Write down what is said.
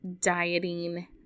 dieting